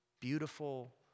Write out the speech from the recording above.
beautiful